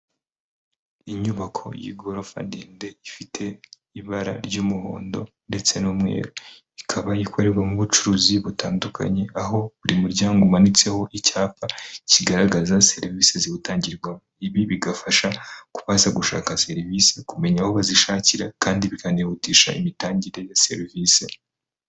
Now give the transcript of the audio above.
Inyubako y'igorofa ndende ifite ibara ry'umuhondo ndetse n'umweru. Ikaba ikorerwamo ubucuruzi butandukanye aho buri muryango umanitseho icyapa kigaragaza serivisi zitangirwamo. Ibi bigafasha ku baza gushaka serivise kumenya aho bazishakira kandi bikanihutisha imitangire ya serivise.